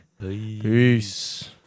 Peace